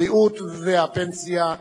הבריאות והפנסיה.